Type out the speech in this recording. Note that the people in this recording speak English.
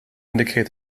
indicate